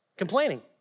complaining